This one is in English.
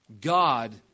God